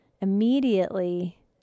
Immediately